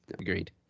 Agreed